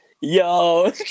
Yo